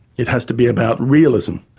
it has to be about realism.